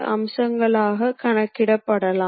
அடுத்தது 200 ஆக இருந்திருக்க வேண்டும்